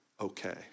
okay